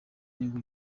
inyungu